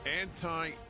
anti